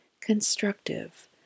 constructive